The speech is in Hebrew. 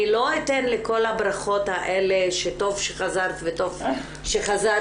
אני לא אתן לכל הברכות האלה ש'טוב שחזרת' שיתמסמסו,